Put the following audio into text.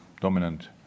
dominant